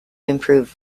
improve